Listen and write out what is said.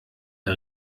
der